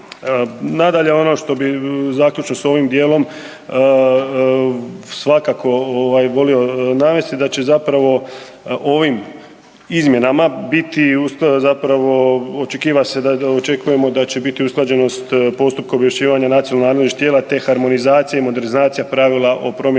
Nadalje, ono što bi zaključno s ovim dijelom, svakako ovaj, volio navesti, da će zapravo ovim izmjenama biti uz to zapravo očekiva se, očekujemo da će biti usklađenost postupka .../Govornik se ne razumije./... tijela te harmonizacija i modernizacija pravila o promjenama